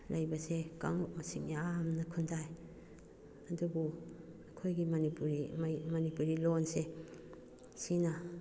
ꯂꯩꯕꯁꯦ ꯀꯥꯡꯂꯨꯞ ꯃꯁꯤꯡ ꯌꯥꯝꯅ ꯈꯨꯟꯗꯥꯏ ꯑꯗꯨꯕꯨ ꯑꯩꯈꯣꯏꯒꯤ ꯃꯅꯤꯄꯨꯔꯤ ꯃꯅꯤꯄꯨꯔꯤ ꯂꯣꯟꯁꯤ ꯁꯤꯅ